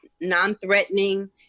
non-threatening